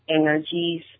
energies